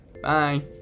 Bye